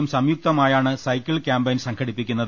യും സംയുക്തമായാണ് സൈക്കിൾ ക്യാമ്പയിൽ സംഘടിപ്പിക്കുന്നത്